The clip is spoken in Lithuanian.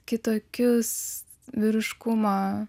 kitokius vyriškumo